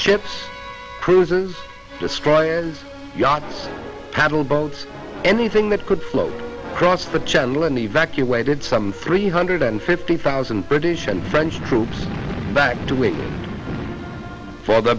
ships cruises destroying yachts paddle boats anything that could float across the channel and evacuated some three hundred fifty thousand british and french troops back to wait for the